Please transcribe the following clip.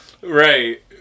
Right